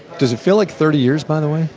does it feel like thirty years, by the way?